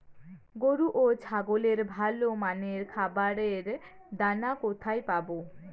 গরু ও ছাগলের ভালো মানের খাবারের দানা কোথায় পাবো?